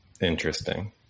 Interesting